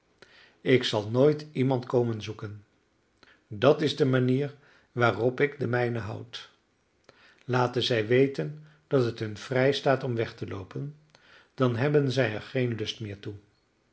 ik zal nooit iemand komen zoeken dat is de manier waarop ik de mijnen houd laten zij weten dat het hun vrijstaat om weg te loopen dan hebben zij er geen lust meer toe